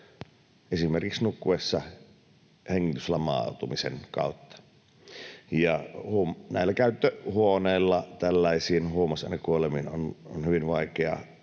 esimerkiksi nukkuessa hengityslamaantumisen kautta. Näillä käyttöhuoneilla tällaisiin huumausainekuolemiin on hyvin vaikea